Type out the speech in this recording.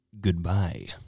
goodbye